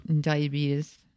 diabetes